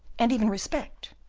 and even respect,